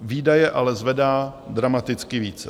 Výdaje ale zvedá dramaticky více.